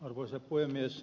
arvoisa puhemies